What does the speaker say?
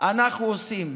אנחנו עושים.